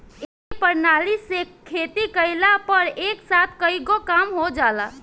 ए प्रणाली से खेती कइला पर एक साथ कईगो काम हो जाला